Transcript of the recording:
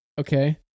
Okay